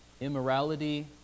Immorality